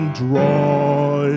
draw